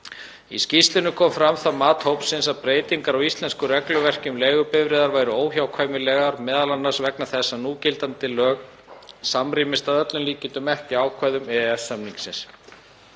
Í skýrslunni kom fram það mat hópsins að breytingar á íslensku regluverki um leigubifreiðar væru óhjákvæmilegar, m.a. vegna þess að núgildandi lög samrýmist að öllum líkindum ekki ákvæðum EES-samningsins.